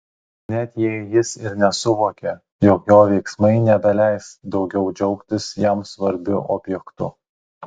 net jei jis ir nesuvokė jog jo veiksmai nebeleis daugiau džiaugtis jam svarbiu objektu